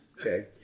Okay